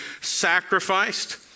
sacrificed